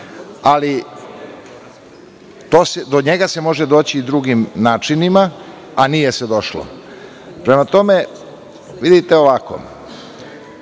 Ali do njega se može doći i drugim načinima, a nije se došlo. Prema tome godinu dana